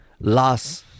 last